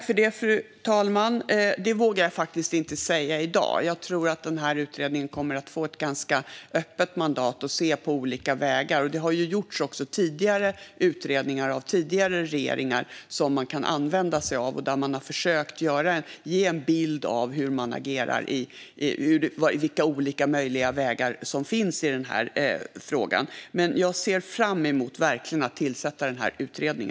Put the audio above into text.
Fru talman! Det vågar jag faktiskt inte säga i dag. Jag tror att denna utredning kommer att få ett ganska öppet mandat och se på olika vägar. Det har också gjorts utredningar av tidigare regeringar som det går att använda sig av och där man har försökt ge en bild av vilka olika möjliga vägar som finns i denna fråga. Men jag ser verkligen fram emot att tillsätta denna utredning.